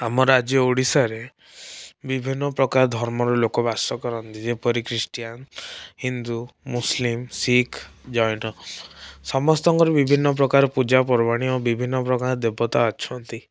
ଆମ ରାଜ୍ୟ ଓଡ଼ିଶାରେ ବିଭିନ୍ନପ୍ରକାର ଧର୍ମର ଲୋକ ବାସ କରନ୍ତି ଯେପରି କି ଖ୍ରୀଷ୍ଟିଆନ ହିନ୍ଦୁ ମୁସଲିମ୍ ଶିଖ ଜୈନ ସମସ୍ତଙ୍କର ବିଭିନ୍ନପ୍ରକାର ପୂଜାପର୍ବାଣି ଓ ବିଭିନ୍ନପ୍ରକାର ଦେବତା ଅଛନ୍ତି